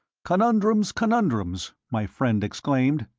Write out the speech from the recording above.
conundrums! conundrums! my friend exclaimed.